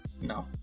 no